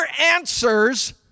answers